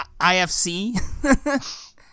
IFC